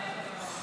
וקבוצת חברי הכנסת.